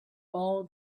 all